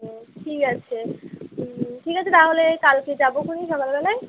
ও ঠিক আছে হুম ঠিক আছে তাহলে কালকে যাবো সকালবেলায়